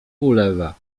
ulewa